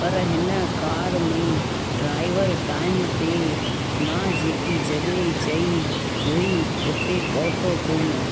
पर हिन कार में ड्राईवर टाइम ते मां जेकी जॻहि चई हुई उते पहुतो कोन